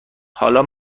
حالا